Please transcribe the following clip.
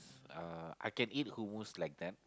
uh I can eat hummus like that